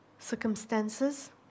Circumstances